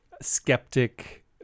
skeptic